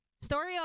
story